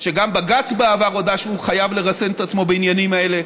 וגם בג"ץ בעבר הודה שהוא חייב לרסן את עצמו בעניינים האלה,